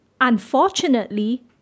Unfortunately